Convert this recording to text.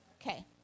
Okay